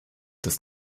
des